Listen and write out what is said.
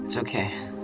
so okay.